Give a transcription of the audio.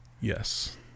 Yes